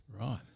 Right